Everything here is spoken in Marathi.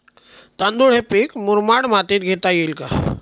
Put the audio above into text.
तांदूळ हे पीक मुरमाड मातीत घेता येईल का?